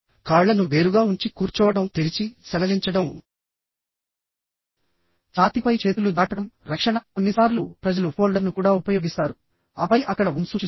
కాళ్ళను వేరుగా ఉంచి కూర్చోవడం తెరిచి సడలించడం ఛాతీపై చేతులు దాటడం రక్షణ కొన్నిసార్లు ప్రజలు ఫోల్డర్ను కూడా ఉపయోగిస్తారు ఆపై అక్కడ ఉంసూచిస్తుంది